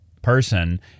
Person